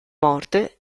morte